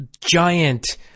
giant